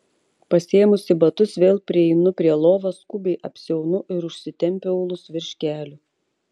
pasiėmusi batus vėl prieinu prie lovos skubiai apsiaunu ir užsitempiu aulus virš kelių